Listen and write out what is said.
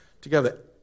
Together